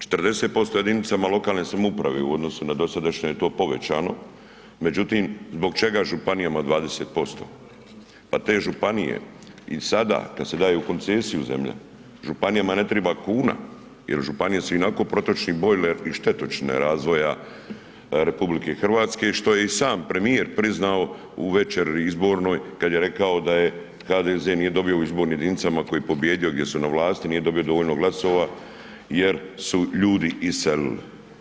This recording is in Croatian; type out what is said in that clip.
40% jedinicama lokalne samouprave u odnosu na dosadašnje je to povećano, međutim zbog čega županijama 20%, pa te županije i sada kad se daje u koncesiju zemlja, županijama netriba kuna jer županije su ionako protočni bojler i štetočine razvoja RH što je i sam premijer priznao u večeri izbornoj kad je rekao da je HDZ nije dobio u izbornim jedinicama koje je pobijedio, gdje su na vlasti, nije dobio dovoljno glasova jer su ljudi iselili.